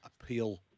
appeal